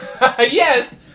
Yes